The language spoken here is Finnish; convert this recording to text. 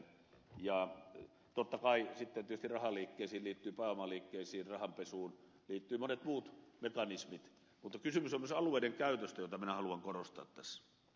totta kai sitten tietysti rahan liikkeisiin pääoman liikkeisiin rahanpesuun liittyvät monet muut mekanismit mutta kysymys on myös alueiden käytöstä mitä minä haluan korostaa tässä